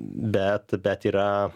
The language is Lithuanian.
bet bet yra